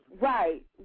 Right